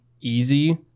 easy